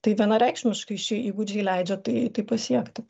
tai vienareikšmiškai šie įgūdžiai leidžia tai tai pasiekti